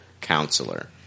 counselor